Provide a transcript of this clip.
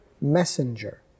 messenger